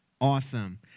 Awesome